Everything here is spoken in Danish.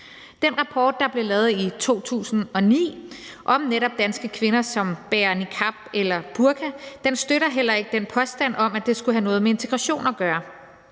Den rapport, der blev lavet i 2009 om netop danske kvinder, som bærer niqab eller burka, støtter heller ikke den påstand om, at det skulle have noget med integration at gøre,